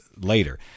later